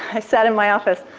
i sat in my office,